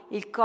il